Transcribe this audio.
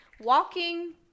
walking